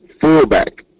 fullback